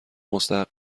مستحق